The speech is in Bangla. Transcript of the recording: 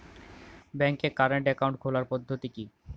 ব্যাংকে কারেন্ট অ্যাকাউন্ট খোলার পদ্ধতি কি?